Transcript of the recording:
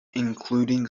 including